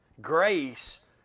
Grace